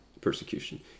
persecution